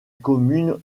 commune